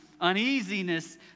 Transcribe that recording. uneasiness